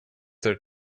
there